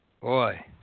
Boy